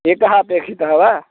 एकः अपेक्षितः वा